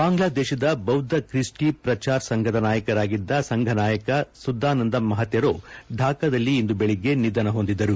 ಬಾಂಗ್ಲಾದೇಶದ ಬೌದ್ದ ಕ್ರಿಸ್ಟಿ ಪ್ರಚಾರ್ ಸಂಘದ ನಾಯಕರಾಗಿದ್ದ ಸಂಘನಾಯಕ ಸುದ್ದಾನಂದ ಮಹತೆರೊ ಥಾಕಾದಲ್ಲಿ ಇಂದು ಬೆಳಿಗ್ಗೆ ನಿಧನ ಹೊಂದಿದರು